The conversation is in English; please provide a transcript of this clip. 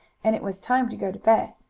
and it was time to go to bed.